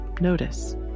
notice